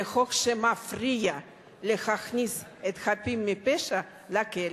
זה חוק שמפריע להכניס חפים מפשע לכלא.